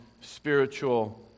spiritual